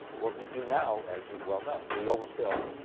what we do now, as you and well know, is we overfill